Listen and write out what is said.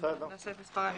נוספת.